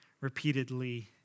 repeatedly